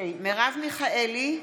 מרב מיכאלי,